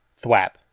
Thwap